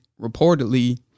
reportedly